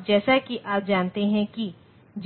अब जैसा कि आप जानते हैं कि